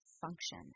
function